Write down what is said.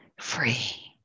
free